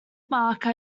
marker